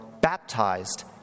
baptized